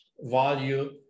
value